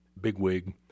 bigwig